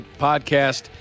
podcast